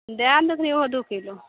दै ने देथिन ओहो दू किलो